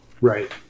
right